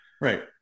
Right